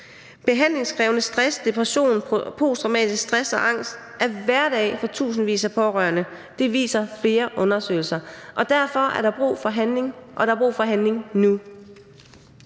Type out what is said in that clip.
Behandlingskrævende stress, depression, posttraumatisk stress og angst er hverdag for tusindvis af pårørende. Det viser flere undersøgelser. Derfor er der brug for handling, og der er brug for handling nu.